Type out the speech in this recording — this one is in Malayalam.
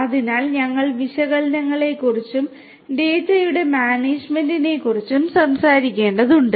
അതിനാൽ ഞങ്ങൾ വിശകലനങ്ങളെക്കുറിച്ചും ഡാറ്റയുടെ മാനേജ്മെന്റിനെക്കുറിച്ചും സംസാരിക്കേണ്ടതുണ്ട്